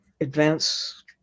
advance